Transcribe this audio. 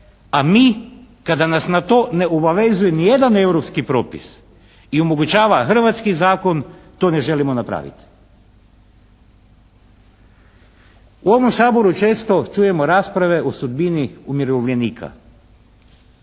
a mi kada nas to ne obavezuje niti jedan europski propis i omogućava hrvatski zakon, to ne želimo napraviti? U ovom Saboru često čujemo rasprave o sudbini umirovljenika.